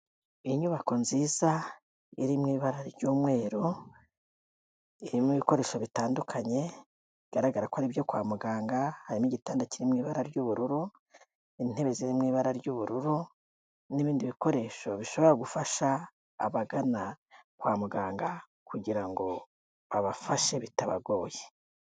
Iyi nyubako nziza iri mu ibara ry'umweru irimo ibikoresho bitandukanye bigaragara ko ari byo kwa muganga harimo igitanda kiri mu ibara ry'ubururu, intebe ziri mu ibara ry'ubururu, n'ibindi bikoresho bishobora gufasha abagana kwa muganga kugira ngo abafashe bitabagoye.